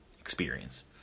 experience